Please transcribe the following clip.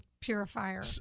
Purifier